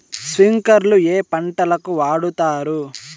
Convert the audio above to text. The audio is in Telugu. స్ప్రింక్లర్లు ఏ పంటలకు వాడుతారు?